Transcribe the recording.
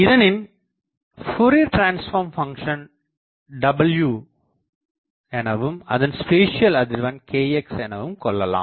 இதனின் Fourier transform function W எனவும் அதன் spatial அதிர்வெண் kx எனவும் கொள்ளலாம்